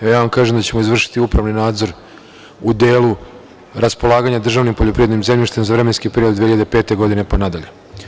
Ja vam kažem da ćemo izvršiti upravni nadzor u delu raspolaganja državnim poljoprivrednim zemljištem za vremenski period 2005. godine pa nadalje.